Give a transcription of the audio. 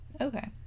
Okay